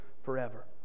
forever